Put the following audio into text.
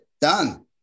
done